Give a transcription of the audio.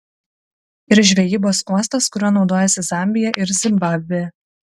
ir žvejybos uostas kuriuo naudojasi zambija ir zimbabvė